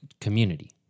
community